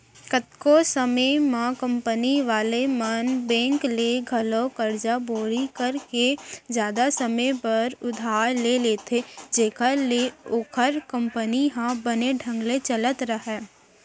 कतको समे म कंपनी वाले मन बेंक ले घलौ करजा बोड़ी करके जादा समे बर उधार ले लेथें जेखर ले ओखर कंपनी ह बने ढंग ले चलत राहय